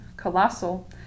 colossal